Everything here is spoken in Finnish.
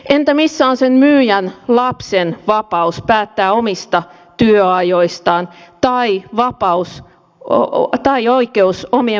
entä missä on sen myyjän lapsen vapaus päättää omista työajoistaan tai vapaus cook tai oikeus omien vanhempiensa aikaan